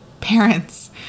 parents